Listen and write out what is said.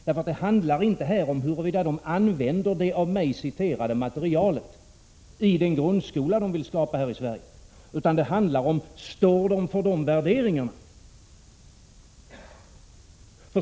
Det handlar här inte om huruvida de använder det av mig citerade materialet i den grundskola de vill skapa här i Sverige, utan frågan är: Står de för de värderingarna?